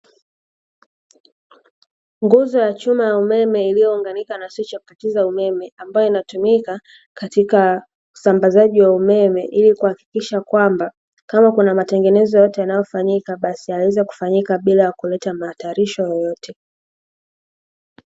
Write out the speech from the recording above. Nguzo ya chuma ya umeme iliyounganika na swichi ya kukatia umeme, ambayo inatumika katika usambazaji wa umeme, ili kuhakikisha kwamba kama kuna matengenezo yoyote yanayofanyika basi yaweze kufanyika bila ya kuleta mahatarisho yoyote.